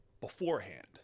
beforehand